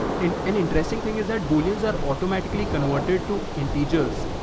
and an interesting thing is that bullions are automatically converted to integers